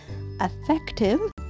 effective